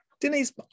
Denise